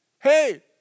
Hey